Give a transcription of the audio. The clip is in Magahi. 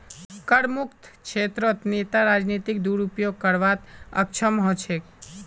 करमुक्त क्षेत्रत नेता राजनीतिक दुरुपयोग करवात अक्षम ह छेक